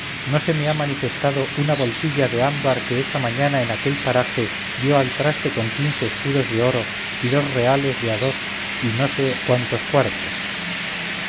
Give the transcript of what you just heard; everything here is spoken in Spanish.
no se me ha manifestado una bolsilla de ámbar que esta mañana en aquel paraje dio al traste con quince escudos de oro y dos reales de a dos y no sé cuántos cuartos